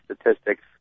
statistics